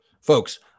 Folks